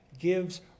gives